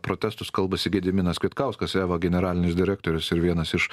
protestus kalbasi gediminas kvietkauskas eva generalinis direktorius ir vienas iš